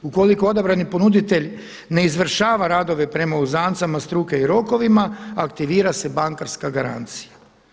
Ukoliko odabrani ponuditelj ne izvršava radove prema uzancama struke i rokovima aktivira se bankarska garancija.